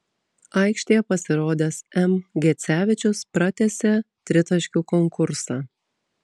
aikštėje pasirodęs m gecevičius pratęsė tritaškių konkursą